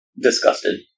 disgusted